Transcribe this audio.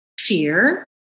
fear